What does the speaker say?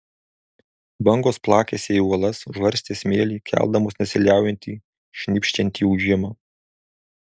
bangos plakėsi į uolas žarstė smėlį keldamos nesiliaujantį šnypščiantį ūžimą